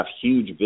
huge